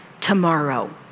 tomorrow